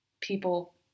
people